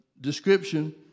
description